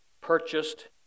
purchased